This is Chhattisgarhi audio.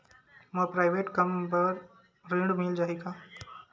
मोर प्राइवेट कम बर ऋण मिल जाही का?